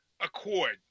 Accord